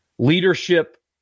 Leadership